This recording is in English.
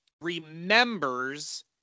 remembers